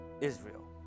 Israel